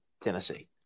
Tennessee